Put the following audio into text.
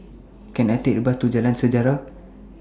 Can I Take A Bus to Jalan Sejarah